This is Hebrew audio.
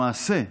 למעשה,